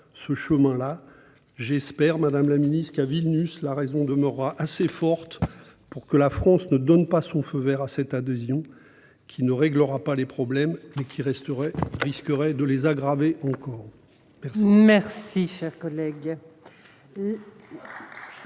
ce chemin-là. J'espère, madame la secrétaire d'État, qu'à Vilnius la raison demeurera assez forte pour que la France ne donne pas son feu vert à cette adhésion, qui ne réglera pas les problèmes, mais risquerait de les aggraver encore. La